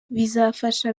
bizafasha